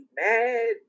mad